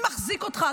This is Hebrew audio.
מי מחזיק אותך,